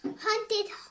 Hunted